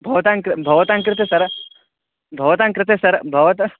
भवतां कृ भवतां कृते सर्वं भवतां कृते सर्वं भवतः